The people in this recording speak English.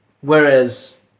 Whereas